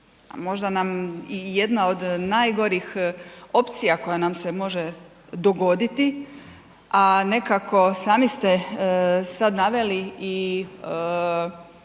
možda nam i jedna od najgorih opcija koja nam se može dogoditi a nekako sami ste sad naveli i